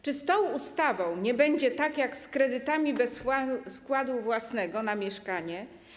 Czy z tą ustawą nie będzie tak, jak z kredytami bez wkładu własnego na mieszkanie?